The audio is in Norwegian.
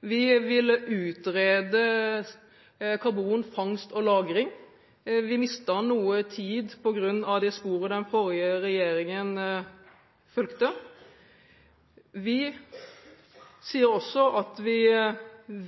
Vi vil utrede karbonfangst og -lagring. Vi mistet noe tid på grunn av det sporet den forrige regjeringen fulgte. Vi sier også at vi